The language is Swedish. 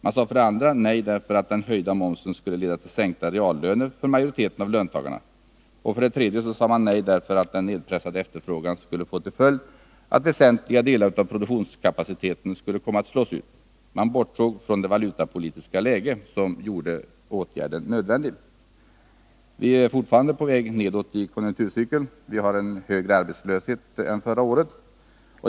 Man sade nej för det andra för att den höjda momsen skulle leda till sänkta reallöner för majoriteten av löntagarna. För det tredje sade man nej därför att den nedpressade efterfrågan skulle få till följd att väsentliga delar av produktionskapaciteten skulle komma att slås ut. Man bortsåg från det valutapolitiska läge som gjorde åtgärden nödvändig. Vi är fortfarande på väg nedåt i konjunkturcykeln. Vi har en högre arbetslöshet än förra året.